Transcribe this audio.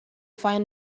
find